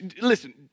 listen